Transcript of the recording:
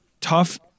tough